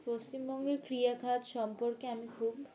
পশ্চিমবঙ্গের ক্রিয়া খাত সম্পর্কে আমি খুব